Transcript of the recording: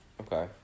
Okay